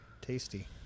tasty